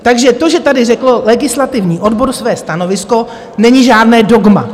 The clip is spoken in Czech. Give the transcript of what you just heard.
Takže to, že tady řekl legislativní odbor své stanovisko, není žádné dogma!